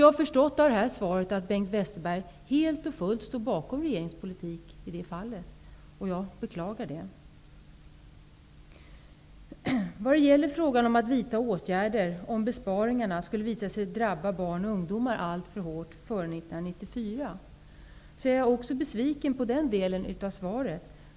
Av Bengt Westerbergs svar förstår jag att han helt och fullt står bakom regeringens politik i detta sammanhang, och jag beklagar det. När det gäller frågan om att vidta åtgärder om besparingarna skulle visa sig drabba barn och ungdomar alltför hårt före 1994, är jag också besviken på den delen av svaret.